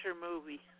movie